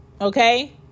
Okay